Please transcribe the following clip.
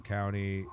County